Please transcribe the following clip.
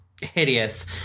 hideous